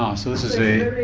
um so this is a